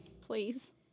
Please